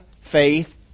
faith